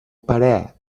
parer